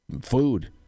food